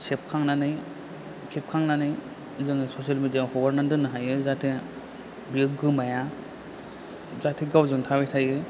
सेफखांनानै खेफखांनानै जोङो social media याव हगारनानै दोन्नो हायो जाहाथे बेयो गोमाया जाहाथे गावजों थाबाय थायो